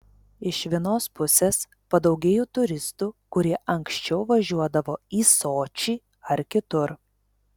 iš vienos pusės padaugėjo turistų kurie anksčiau važiuodavo į sočį ar kitur